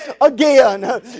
again